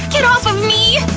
get off of me!